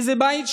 איזה בית?